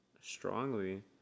strongly